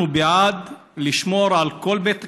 אנחנו בעד לשמור על כל בית קברות.